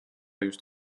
just